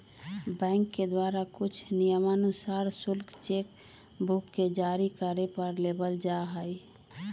bank के द्वारा कुछ नियमानुसार शुल्क चेक बुक के जारी करे पर लेबल जा हई